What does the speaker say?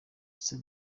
issa